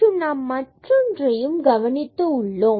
மற்றும் நாம் மற்றொன்றையும் கவனித்து உள்ளோம்